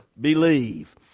believe